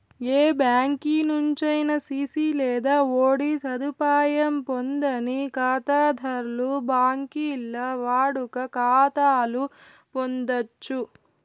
ఏ బ్యాంకి నుంచైనా సిసి లేదా ఓడీ సదుపాయం పొందని కాతాధర్లు బాంకీల్ల వాడుక కాతాలు పొందచ్చు